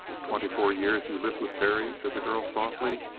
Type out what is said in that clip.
twenty-four years you lived with terry, said the girl softly,